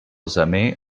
zemi